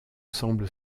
semble